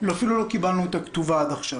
אפילו לא קיבלנו אותה כתובה עד עכשיו.